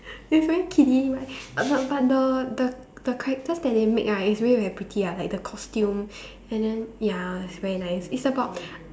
it's very kiddie right but but the the the characters that they make right it's really very pretty ah like the costume and then ya it's very nice it's about